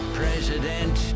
president